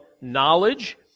knowledge